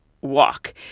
walk